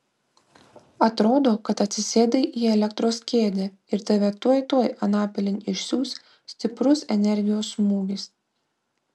atrodo kad atsisėdai į elektros kėdę ir tave tuoj tuoj anapilin išsiųs stiprus energijos smūgis